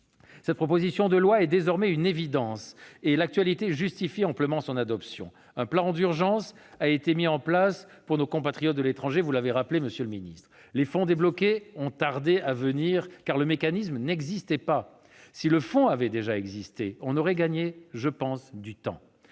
Cette proposition de loi est désormais une évidence et l'actualité justifie amplement son adoption. Un plan d'urgence a été mis en place pour nos compatriotes de l'étranger, vous l'avez rappelé, monsieur le secrétaire d'État. Les fonds débloqués ont tardé à venir, car le mécanisme n'existait pas. Si le fonds avait déjà existé, je pense que